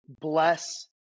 bless